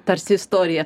tarsi istorija